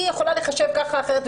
היא יכולה להיחשב ככה או אחרת.